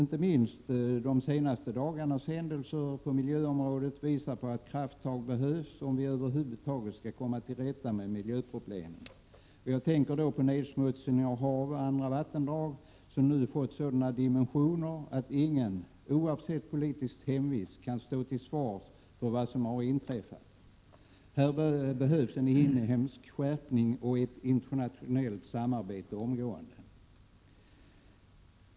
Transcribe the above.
Inte minst de senaste dagarnas händelser på miljöområdet visar att krafttag behövs om vi över huvud taget skall komma till rätta med miljöproblemen. Jag tänker då på nedsmutsningen av hav och andra vatten, vilken nu fått sådana dimensioner att ingen — oavsett politisk hemvist — kan stå oberörd inför vad som inträffat. Här behövs en inhemsk skärpning och ett internationellt samarbete omgående.